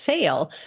sale